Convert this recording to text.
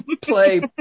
play